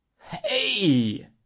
Hey